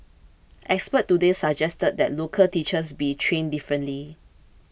experts today also suggested that local teachers be trained differently